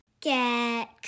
Get